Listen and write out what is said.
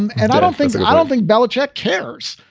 and and i don't think that i don't think belichick cares.